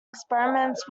experiments